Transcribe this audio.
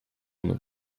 nous